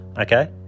okay